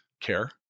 care –